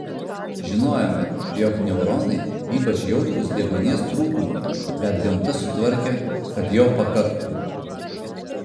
žinojome jog neuronai ypač jautrūs deguonies trūkumui bet gamta sutvarkė kad jo pakaktų